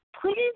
Please